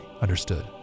understood